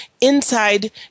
inside